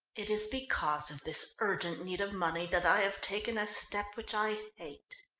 it is because of this urgent need of money that i have taken a step which i hate.